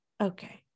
Okay